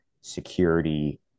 security